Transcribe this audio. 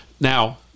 Now